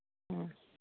ꯎꯝ